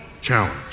challenge